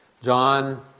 John